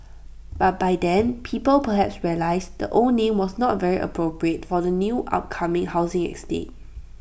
but by then people perhaps realised the old name was not very appropriate for the new upcoming housing estate